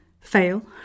fail